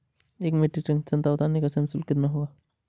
एक metric ton संतरा उतारने का श्रम शुल्क कितना होगा?